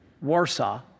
warsaw